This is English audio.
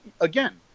again